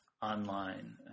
online